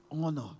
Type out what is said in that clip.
honor